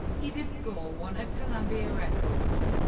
he did score one at columbia records,